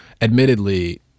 admittedly